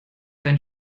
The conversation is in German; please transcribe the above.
dein